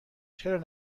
چرا